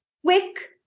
quick